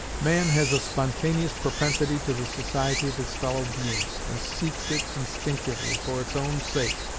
man has a spontaneous propensity to the society of his fellow-beings, and seeks it instinctively, for its own sake,